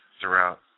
throughout